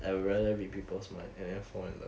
I rather read people's mind and then fall in love